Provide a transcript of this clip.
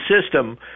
system